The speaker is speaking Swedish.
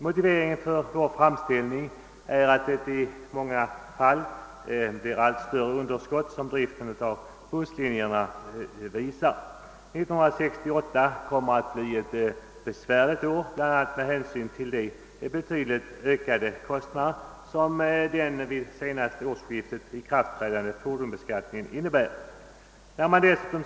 Motiveringen för vår framställning är det i många fall allt större underskott som driften av vissa busslinjer ger. 1968 kommer att bli ett besvärligt år bl.a. med hänsyn till de betydligt ökade kostnader som uppstår genom den höjda fordonsbeskattning som trädde i kraft vid det senaste årsskiftet.